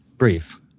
Brief